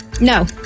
No